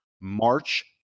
March